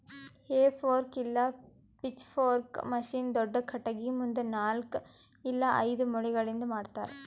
ಹೇ fork ಇಲ್ಲ pitchfork machine ದೊಡ್ದ ಖಟಗಿ ಮುಂದ ನಾಲ್ಕ್ ಇಲ್ಲ ಐದು ಮೊಳಿಗಳಿಂದ್ ಮಾಡ್ತರ